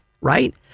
Right